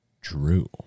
Drew